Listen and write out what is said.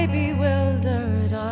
bewildered